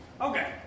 Okay